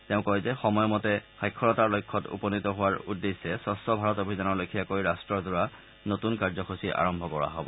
তেওঁ কয় যে সময়মতে সাক্ষৰতাৰ লক্ষ্যত উপনীত হোৱাৰ উদ্দেশ্যে স্বচ্চ ভাৰত অভিযানৰ লেখিয়াকৈ ৰাষ্টযোৰা নতুন কাৰ্যসূচী আৰম্ভ কৰা হ'ব